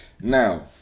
now